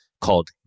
called